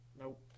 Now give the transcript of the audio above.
nope